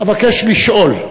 אבקש לשאול: